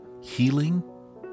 healing